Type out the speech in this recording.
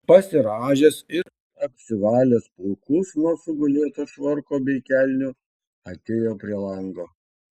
pasirąžęs ir apsivalęs pūkus nuo sugulėto švarko bei kelnių atėjo prie lango